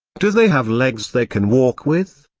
do they have legs they can walk with?